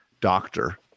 doctor